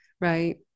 Right